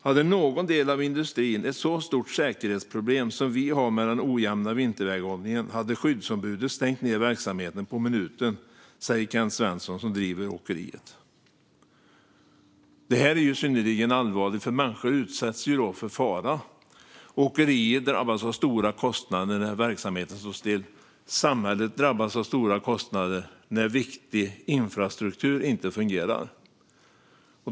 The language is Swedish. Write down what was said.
Hade någon del av industrin ett så stort säkerhetsproblem som vi har med den ojämna vinterväghållningen hade skyddsombudet stängt ner verksamheten på minuten, säger Kenth Svensson som driver åkeriet." Det här är synnerligen allvarligt, för människor utsätts för fara. Åkerier drabbas av stora kostnader när verksamheter står stilla. Samhället drabbas av stora kostnader när viktig infrastruktur inte fungerar.